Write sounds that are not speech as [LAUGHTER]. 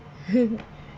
[LAUGHS]